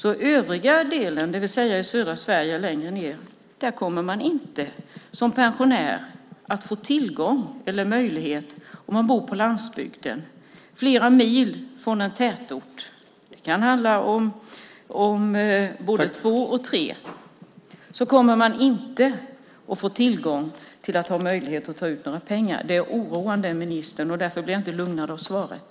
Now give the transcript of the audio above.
I övriga delar, det vill säga i södra Sverige, kommer man som pensionär inte att ha möjlighet att ta ut pengar om man bor på landsbygden flera mil från en tätort - det kan handla om både två och tre mil. Det är oroande, ministern, och därför blir jag inte lugnad av svaret.